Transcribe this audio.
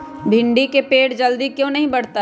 भिंडी का पेड़ जल्दी क्यों नहीं बढ़ता हैं?